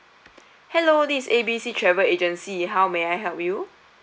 hello this is A B C travel agency how may I help you